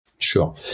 Sure